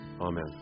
Amen